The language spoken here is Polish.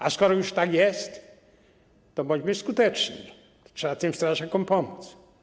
Ale skoro już tak jest, to bądźmy skuteczni, trzeba tym strażakom pomóc.